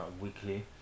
weekly